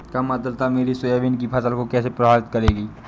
कम आर्द्रता मेरी सोयाबीन की फसल को कैसे प्रभावित करेगी?